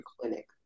clinic